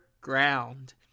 ground